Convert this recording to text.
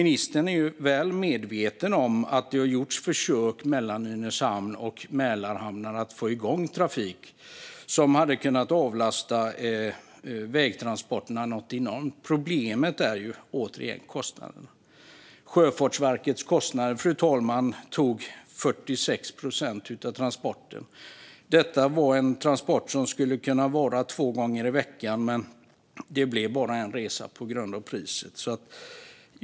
Ministern är ju väl medveten om att det har gjorts försök att få igång trafik mellan Nynäshamn och Mälarhamnarna, vilket hade kunnat avlasta vägtransporterna något enormt. Problemet är återigen kostnaderna. Sjöfartsverkets kostnader, fru talman, tog 46 procent av transporten. Detta var en transport som skulle kunna ske två gånger i veckan, men det blev bara en resa på grund av priset.